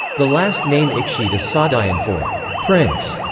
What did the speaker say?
the last name ikhshid is soghdian for prince.